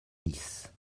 nice